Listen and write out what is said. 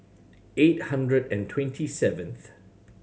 eight hundred and twenty seventh